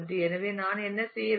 எனவே நான் என்ன செய்ய வேண்டும்